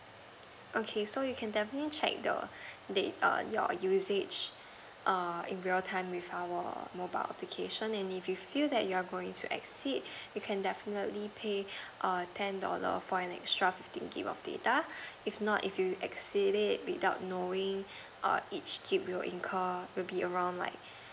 okay so you can definitely check the date err your usage err in real time with our mobile application and if you feel that you're going to exceed you can definitely pay a ten dollar for an extra fifteen gig of data if not if you exceed it without knowing err each gig will incurred would be around like